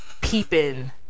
peeping